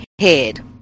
head